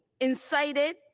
incited